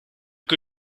que